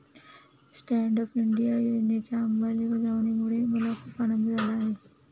stand up India योजनेच्या अंमलबजावणीमुळे मला खूप आनंद झाला आहे